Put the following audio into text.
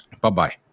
Bye-bye